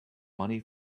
money